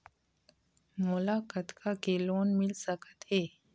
मोला कतका के लोन मिल सकत हे?